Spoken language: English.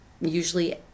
usually